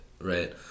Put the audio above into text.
right